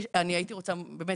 הייתי רוצה באמת,